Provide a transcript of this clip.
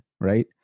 right